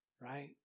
right